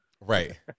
Right